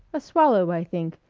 a swallow, i think,